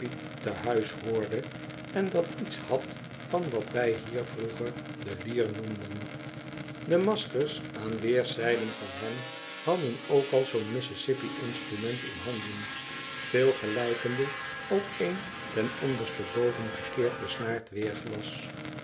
te huis behoorde en dat iets had van wat wij hier vroeger de lier noemden de maskers aan weerszijden van hem hadden ook al zoo'n missisvsippi instrument in handen veel gelijkende op een ten onderste boven gekoerd besnaard weerglas